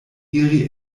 iri